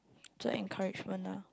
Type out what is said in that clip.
so encouragement lah